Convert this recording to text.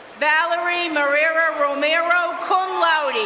valerie merera romero, cum laude,